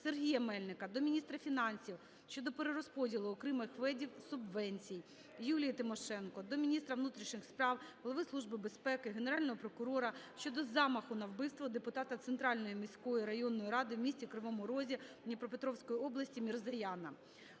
Сергія Мельника до міністра фінансів щодо перерозподілу окремих видів субвенцій. Юлії Тимошенко до міністра внутрішніх справ, Голови Служби безпеки, Генерального прокурора щодо замаху на вбивство депутата Центральної міської районної ради в місті Кривому Розі Дніпропетровської області Мірзояна.